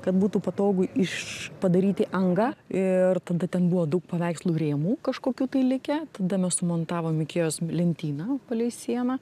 kad būtų patogu iš padaryti angą ir tada ten buvo daug paveikslų rėmų kažkokių tai likę tada mes sumontavom ikėjos m lentyną palei sieną